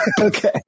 Okay